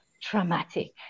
traumatic